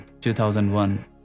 2001